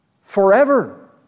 forever